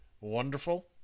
wonderful